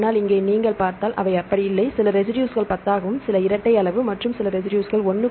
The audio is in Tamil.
ஆனால் இங்கே நீங்கள் பார்த்தால் அவை அப்படி இல்லை சில ரெசிடுஸ்கள் 10 ஆகவும் சில இரட்டை அளவு மற்றும் சில ரெசிடுஸ்கள் 1